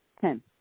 Ten